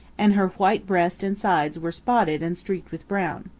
and her white breast and sides were spotted and streaked with brown.